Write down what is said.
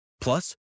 Plus